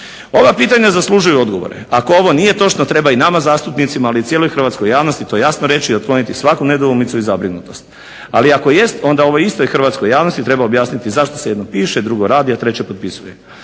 Ova pitanja zaslužuju odgovore. Ako ovo nije točno treba i nama zastupnicima, ali i cijeloj hrvatskoj javnosti to jasno reći i otkloniti svaku nedoumicu i zabrinutost. Ali ako jest onda ovoj istoj Hrvatskoj javnosti treba objasniti zašto se jedno piše, drugo radi, a treće potpisuje.